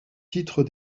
titres